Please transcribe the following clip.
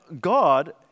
God